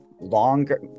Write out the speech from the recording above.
longer